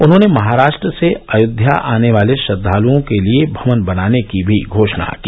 उन्होंने महाराष्ट्र से अयोध्या आने वाले श्रद्वालुओं के लिये भवन बनाने की भी घोषणा की